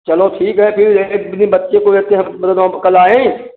चलो ठीक है फिर एक दिन अपने बच्चे को लेके हम कल आएँ